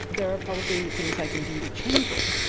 there are probably things i can do to change it.